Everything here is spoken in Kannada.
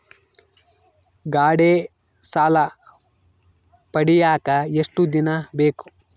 ಗಾಡೇ ಸಾಲ ಪಡಿಯಾಕ ಎಷ್ಟು ದಿನ ಬೇಕು?